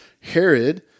Herod